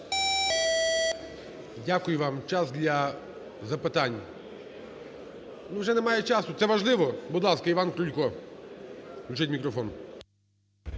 Дякую вам. Час для запитань… Ну, вже немає часу. Це важливо? Будь ласка, Іван Крулько. Включіть мікрофон.